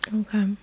Okay